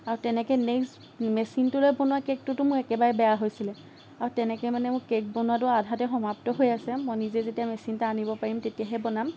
আৰু তেনেকে নেক্সট মেচিনটো লৈ বনোৱা কেকটোতো মোৰ একেবাৰে বেয়া হৈছিলে আৰু তেনেকে মানে মোৰ কেক বনোৱাটো আধাতে সমাপ্ত হৈ আছে মই নিজে যেতিয়া মেচিন এটা আনিব পাৰিম তেতিয়াহে বনাম